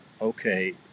okay